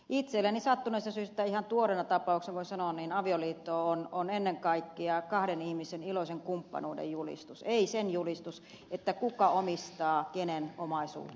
itselleni sattuneesta syystä ihan tuoreena tapauksena voin sanoa avioliitto on ennen kaikkea kahden ihmisen iloisen kumppanuuden julistus ei sen julistus kuka omistaa kenen omaisuutta tulevaisuudessa